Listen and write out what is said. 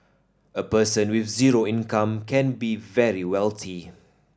a person with zero income can be very wealthy